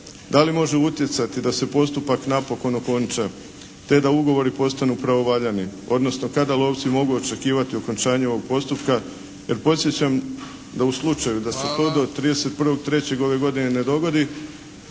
da li može utjecati da se postupak napokon okonča te da ugovori postanu pravovaljani, odnosno kada lovci mogu očekivani okončanje ovog postupka jer podsjećam da u slučaju da se to do 31.3. ove godine ne dogodi